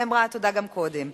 נאמרה התודה גם קודם.